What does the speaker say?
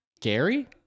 Gary